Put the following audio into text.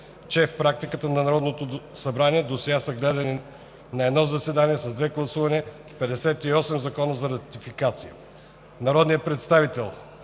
че в практиката на Народното събрание досега са гледани на едно заседание с две гласувания 58 закона за ратификация. Народният представител